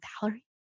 Valerie